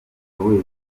ubonye